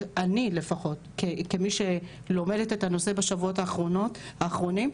אני לפחות כמי שלומדת את הנושא בשבועות האחרונים,